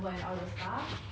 oh okay